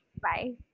Bye